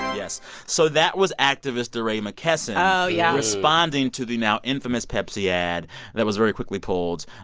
yes so that was activist deray mckesson. oh, yeah oh. responding to the now-infamous pepsi ad that was very quickly pulled.